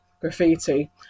graffiti